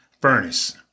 furnace